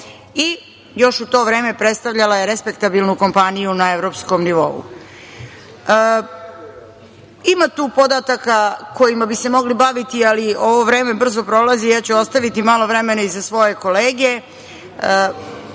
i još u to vreme predstavljala je respektabilnu kompaniju na evropskom nivou. Ima tu podataka kojima bi se mogli baviti, ali ovo vreme brzo prolazi. Ja ću ostaviti malo vremena i za svoje kolege